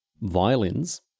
Violins